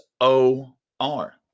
O-R